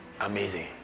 Amazing